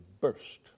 burst